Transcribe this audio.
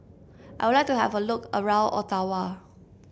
I would like to have a look around Ottawa